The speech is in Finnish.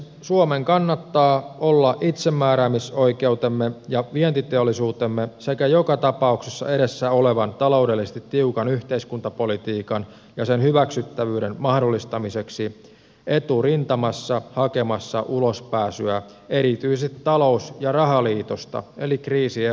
suomen kannattaa olla itsemääräämisoikeutemme ja vientiteollisuutemme sekä joka tapauksessa edessä olevan taloudellisesti tiukan yhteiskuntapolitiikan ja sen hyväksyttävyyden mahdollistamiseksi eturintamassa hakemassa ulospääsyä erityisesti talous ja rahaliitosta eli kriisieurosta